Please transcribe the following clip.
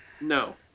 No